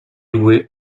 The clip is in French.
louée